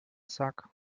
sack